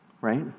Right